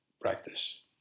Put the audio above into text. practice